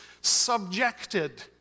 subjected